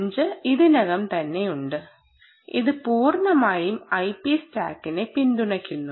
0 ഇതിനകം തന്നെ ഉണ്ട് ഇത് പൂർണ്ണമായും ഐപി സ്റ്റാക്കിനെ പിന്തുണയ്ക്കുന്നു